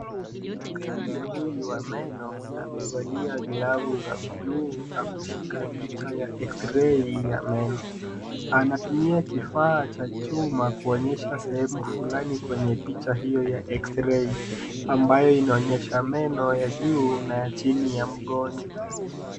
Daktari huyu wa meno amevalia glavu za buluu na kushika picha ya x-rey ya meno, anatumia kifaa cha chuma kuonyesha sehemu fulani kwenye picha hiyo ya x-rey ambayo inaonyesha meno ya juu na ya chini ya mgonjwa.